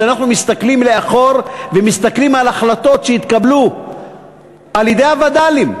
וכשאנחנו מסתכלים לאחור ומסתכלים על החלטות שהתקבלו על-ידי הווד"לים,